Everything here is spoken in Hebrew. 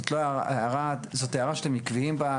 זאת לא הערה, זאת הערה שאתם עקביים בה.